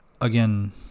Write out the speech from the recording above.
again